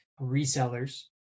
resellers